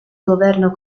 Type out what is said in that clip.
governo